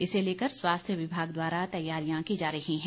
इसे लेकर स्वास्थ्य विभाग द्वारा तैयारियां की जा रही हैं